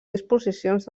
disposicions